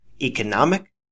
economic